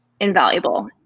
invaluable